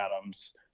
Adams